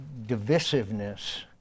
divisiveness